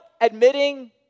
admitting